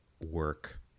work